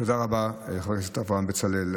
תודה רבה, חבר הכנסת אברהם בצלאל.